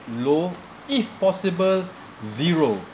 low if possible zero